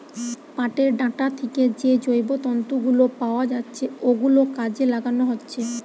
পাটের ডাঁটা থিকে যে জৈব তন্তু গুলো পাওয়া যাচ্ছে ওগুলো কাজে লাগানো হচ্ছে